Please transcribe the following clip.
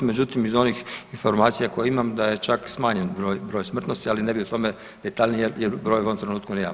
Međutim iz onih informacija koje imam da je čak i smanjen broj smrtnosti, ali ne bih o tome detaljnije jer brojeve u ovom trenutku nemam.